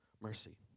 mercy